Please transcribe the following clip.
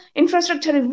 infrastructure